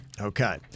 okay